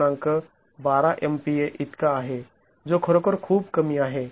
०१२ MPa इतका आहे जो खरोखर खूप कमी आहे